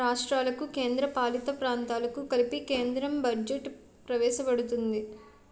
రాష్ట్రాలకు కేంద్రపాలిత ప్రాంతాలకు కలిపి కేంద్రం బడ్జెట్ ప్రవేశపెడుతుంది